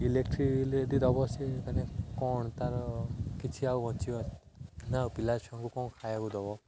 electric bill ଯଦି ଦେବ ସେ ମାନେ କ'ଣ ତା'ର କିଛି ଆଉ ବଞ୍ଚିବନା ଆଉ ପିଲା ଛୁଆଙ୍କୁ କ'ଣ ଖାଇବାକୁ ଦେବ